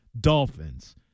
Dolphins